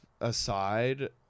aside